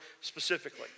specifically